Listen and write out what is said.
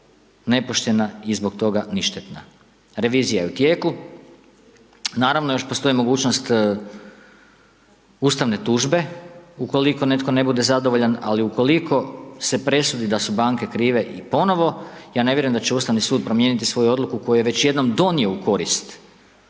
nepoštena i zbog toga ništetna. Revizija je u tijeku, naravno još postoji mogućnost ustavne tužbe, ukoliko netko ne bude zadovoljan, ali ukoliko se presudi da su banke krive i ponovno, ja ne vjerujem da će Ustavni sud promijeniti svoju odluku, koju je već jednom donio u korist